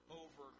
over